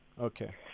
okay